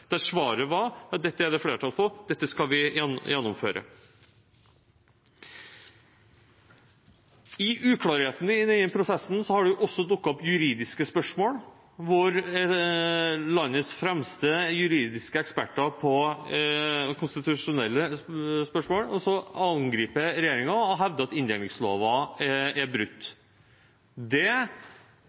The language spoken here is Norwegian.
der svaret var: Dette er det flertall for, dette skal vi gjennomføre. I uklarheten i denne prosessen har det også dukket opp juridiske spørsmål, hvor landets fremste juridiske eksperter i konstitusjonelle spørsmål angriper regjeringen og hevder at inndelingsloven er brutt. Det